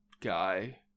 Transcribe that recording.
guy